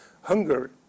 hunger